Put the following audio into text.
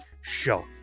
Show